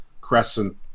crescent